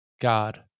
God